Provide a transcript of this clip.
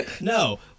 no